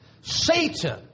Satan